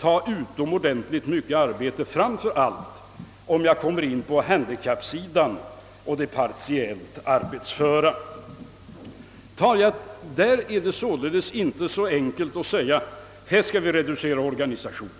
kräva utomordentligt mycket arbete, framför allt när det gäller handikappade och partiellt arbetsföra. Där är det således inte så enkelt att säga att vi skall reducera organisationen.